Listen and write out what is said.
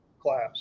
class